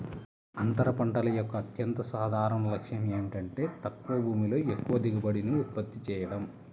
అంతర పంటల యొక్క అత్యంత సాధారణ లక్ష్యం ఏమిటంటే తక్కువ భూమిలో ఎక్కువ దిగుబడిని ఉత్పత్తి చేయడం